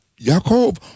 Yaakov